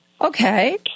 Okay